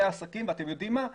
ואתם יודעים מה?